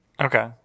Okay